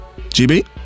GB